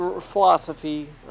Philosophy